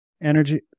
Energy